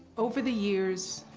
over the years,